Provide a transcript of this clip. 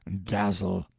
dazzle.